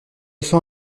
sens